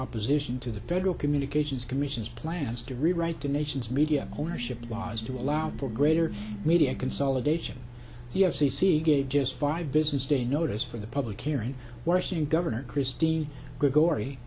opposition to the federal communications commission is plans to rewrite the nation's media ownership laws to allow for greater media consolidation yes c c gave just five business day notice for the public here in washington governor christine g